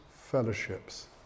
fellowships